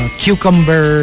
cucumber